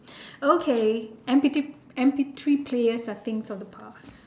okay M_P three M_P three players are things of the past